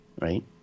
Right